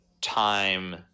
time